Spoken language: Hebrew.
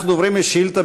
אנחנו עוברים לשאילתה